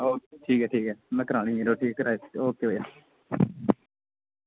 ओह् ठीक ठीक ऐ में करानी यरो टिकट ठीक भैया